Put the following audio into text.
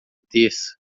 terça